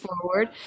forward